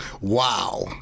Wow